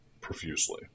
profusely